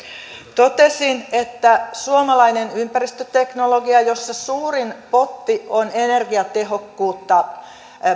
totesin että suomalainen ympäristöteknologia jossa suurin potti on energiatehokkuutta